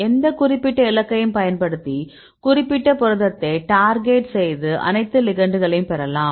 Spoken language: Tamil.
எந்த குறிப்பிட்ட இலக்கையும் பயன்படுத்தி குறிப்பிட்ட புரதத்தை டார்கெட் செய்து அனைத்து லிகண்ட்களையும் பெறலாம்